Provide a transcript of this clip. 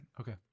Okay